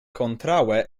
kontraŭe